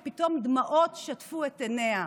ופתאום דמעות שטפו את עיניה.